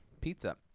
Pizza